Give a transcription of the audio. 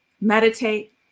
Meditate